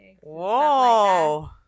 Whoa